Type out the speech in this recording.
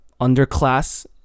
underclass